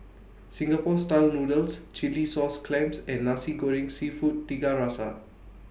Singapore Style Noodles Chilli Sauce Clams and Nasi Goreng Seafood Tiga Rasa